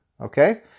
okay